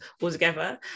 altogether